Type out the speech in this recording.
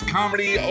Comedy